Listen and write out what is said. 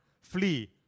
Flee